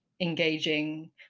engaging